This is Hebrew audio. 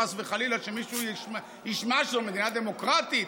חס וחלילה שמישהו ישמע שהמדינה דמוקרטית,